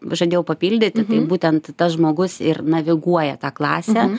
žadėjau papildyti tai būtent tas žmogus ir naviguoja tą klasę